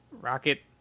rocket